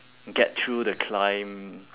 get through the climb